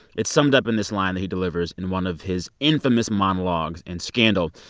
it's summed up in this line that he delivers in one of his infamous monologues in scandal.